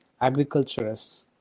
agriculturists